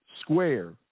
square